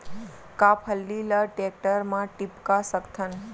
का फल्ली ल टेकटर म टिपका सकथन?